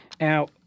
Now